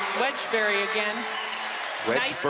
wedgbury again nice